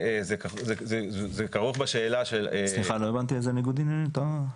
סליחה, לא הבנתי איזה ניגוד עניינים, תומר,